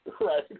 right